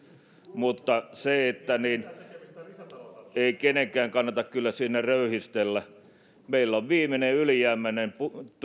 mutta ei kenenkään kannata kyllä siinä röyhistellä meillä on viimeinen ylijäämäinen